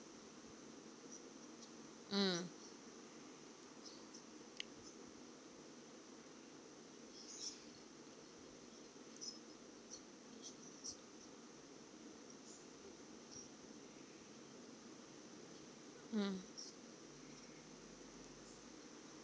mm